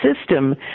system